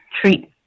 treat